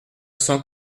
cent